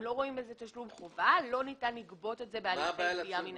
אם לא רואים בזה תשלום חובה לא ניתן לגבות את זה בהליכי גבייה מנהליים.